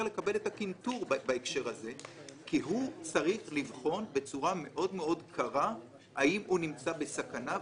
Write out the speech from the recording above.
לקבל את הקנטור כי הוא צריך לבחון בצורה מאוד קרה האם הוא נמצא בסכנה,